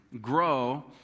grow